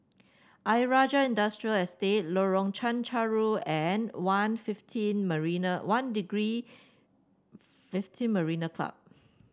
Ayer Rajah Industrial Estate Lorong Chencharu and One fifteen Marina One Degree fifteen Marine Club